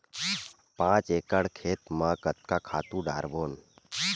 पांच एकड़ खेत म कतका खातु डारबोन?